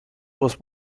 was